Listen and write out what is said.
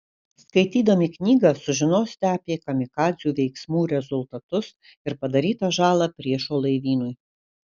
skaitydami knygą sužinosite apie kamikadzių veiksmų rezultatus ir padarytą žalą priešo laivynui